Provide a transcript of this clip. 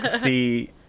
see